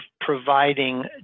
providing